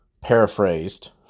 paraphrased